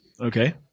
Okay